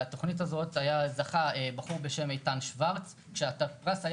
בתוכנית הזאת זכה בחור בשם איתן שוורץ כשהתסריט